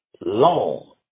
long